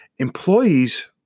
employees